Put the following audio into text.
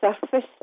surface